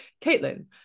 caitlin